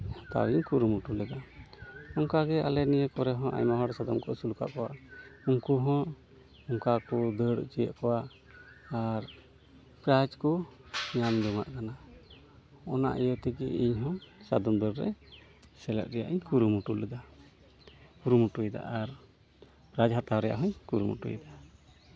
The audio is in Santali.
ᱦᱟᱛᱟᱣ ᱤᱧ ᱠᱩᱨᱩᱢᱩᱴᱩ ᱞᱮᱫᱟ ᱚᱱᱠᱟᱜᱮ ᱟᱞᱮ ᱱᱤᱭᱟᱹ ᱠᱚᱨᱮ ᱦᱚᱸ ᱟᱭᱢᱟ ᱦᱚᱲ ᱥᱟᱫᱚᱢ ᱠᱚ ᱟᱹᱥᱩᱞ ᱟᱠᱟᱜ ᱠᱚᱣᱟ ᱩᱱᱠᱩ ᱦᱚᱸ ᱚᱱᱠᱟ ᱠᱚ ᱫᱟᱹᱲ ᱦᱚᱪᱚᱭᱮᱫ ᱠᱚᱣᱟ ᱟᱨ ᱯᱨᱟᱭᱤᱡᱽ ᱠᱚ ᱧᱟᱢ ᱡᱚᱱᱟᱜ ᱠᱟᱱᱟ ᱚᱱᱟ ᱤᱭᱟᱹ ᱛᱮᱜᱮ ᱤᱧᱦᱚᱸ ᱥᱟᱫᱚᱢ ᱫᱟᱹᱲᱨᱮ ᱥᱮᱞᱮᱫ ᱨᱮᱭᱟᱜ ᱤᱧ ᱠᱩᱨᱩᱢᱩᱴᱩ ᱞᱮᱫᱟ ᱠᱩᱨᱩᱢᱩᱴᱩᱭᱮᱫᱟ ᱟᱨ ᱯᱨᱟᱭᱤᱡᱽ ᱦᱟᱛᱟᱣ ᱨᱮᱭᱟᱜ ᱦᱚᱸᱧ ᱠᱩᱨᱩᱢᱩᱴᱩᱭᱮᱫᱟ